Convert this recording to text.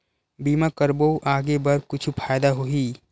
बीमा करबो आगे बर कुछु फ़ायदा होही?